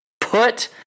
Put